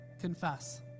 confess